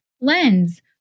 lens